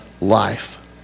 life